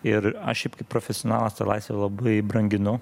ir aš šiaip kaip profesionalas tą laisvę labai branginu